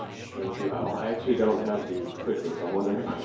thank you, al. i actually don't have the clicker so i'm wondering if